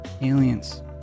Aliens